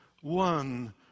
one